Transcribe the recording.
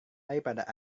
daripada